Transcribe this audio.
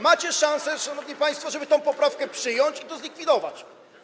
Macie szansę, szanowni państwo, żeby tę poprawkę przyjąć i to zlikwidować.